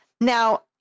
Now